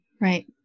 Right